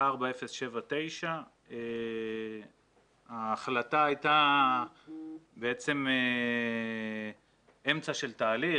4079. ההחלטה הייתה בעצם אמצע של תהליך.